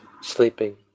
sleeping